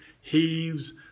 heaves